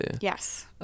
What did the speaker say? Yes